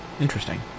Interesting